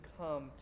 come